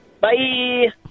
Bye